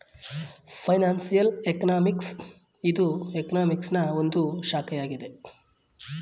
financial economics ಇದು ಎಕನಾಮಿಕ್ಸನಾ ಒಂದು ಶಾಖೆಯಾಗಿದೆ